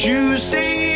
Tuesday